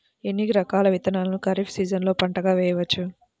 ఎన్ని రకాల విత్తనాలను ఖరీఫ్ సీజన్లో పంటగా వేయచ్చు?